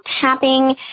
tapping